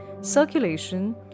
circulation